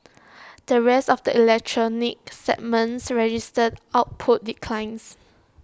the rest of the electronics segments registered output declines